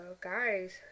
guy's